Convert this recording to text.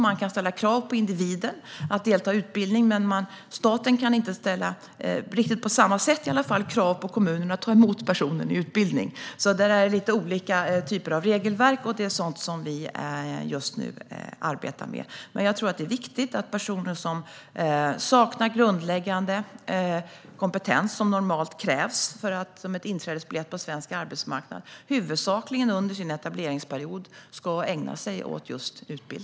Man kan ställa krav på individen att delta i utbildning, men staten kan inte ställa krav på kommunerna att ta emot personen i utbildning, inte riktigt på samma sätt i alla fall. Där är det lite olika typer av regelverk, och det är sådant som vi just nu arbetar med. Men jag tror att det är viktigt att personer som saknar den grundläggande kompetens som normalt krävs som en inträdesbiljett på svensk arbetsmarknad huvudsakligen ägnar sig åt just utbildning under sin etableringsperiod.